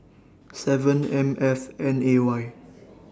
seven M F N A Y